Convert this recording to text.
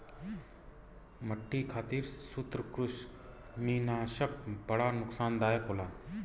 मट्टी खातिर सूत्रकृमिनाशक बड़ा नुकसानदायक होला